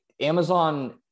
Amazon